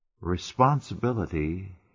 Responsibility